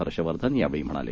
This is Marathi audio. हर्षवर्धन यावेळी म्हणाले